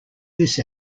this